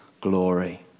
glory